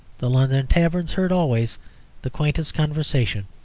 the london taverns heard always the quaintest conversation,